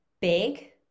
big